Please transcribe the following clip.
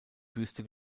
büste